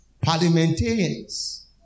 Parliamentarians